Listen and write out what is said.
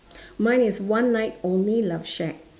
mine is one night only love shack